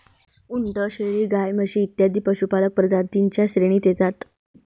उंट, शेळी, गाय, म्हशी इत्यादी पशुपालक प्रजातीं च्या श्रेणीत येतात